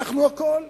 אנחנו הכול,